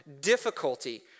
difficulty